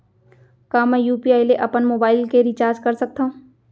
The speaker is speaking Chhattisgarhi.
का मैं यू.पी.आई ले अपन मोबाइल के रिचार्ज कर सकथव?